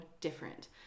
different